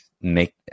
make